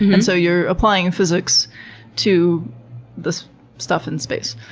and so you're applying physics to this stuff in space.